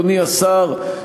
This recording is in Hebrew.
אדוני השר,